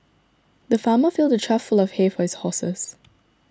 the farmer filled a trough full of hay for his horses